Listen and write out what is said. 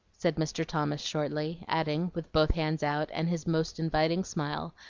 said mr. thomas shortly, adding, with both hands out, and his most inviting smile,